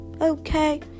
okay